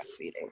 breastfeeding